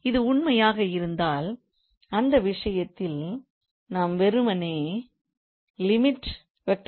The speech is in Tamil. இது உண்மையாக இருந்தால் அந்த விஷயத்தில் நாம் வெறுமனே limit 𝑓⃗𝑡 𝐼